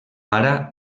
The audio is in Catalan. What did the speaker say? ara